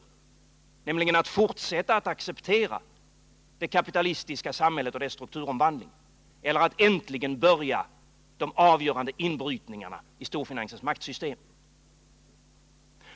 Det handlar nämligen för arbetarrörelsens del om att fortsätta att acceptera det kapitalistiska samhället och dess strukturomvandling eller att äntligen påbörja de avgörande inbrytningarna i storfinansens maktsystem.